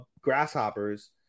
grasshoppers